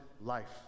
life